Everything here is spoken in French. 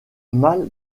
mal